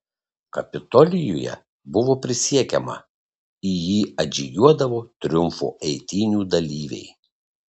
kapitolijuje buvo prisiekiama į jį atžygiuodavo triumfo eitynių dalyviai